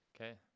okay